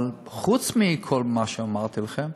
אבל חוץ מכל מה שאמרתי לכם,